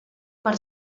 per